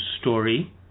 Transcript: story